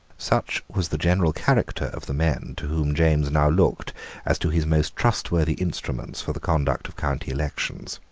such was the general character of the men to whom james now looked as to his most trustworthy instruments for the conduct of county elections.